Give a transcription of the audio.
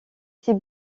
sait